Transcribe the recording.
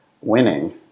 winning